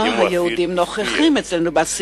היהודים נוכחים אצלנו גם בתרבות,